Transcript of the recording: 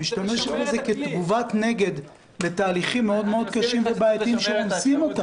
היא משתמשת בזה כתגובת נגד לתהליכים מאוד קשים ובעייתיים שהם עושים.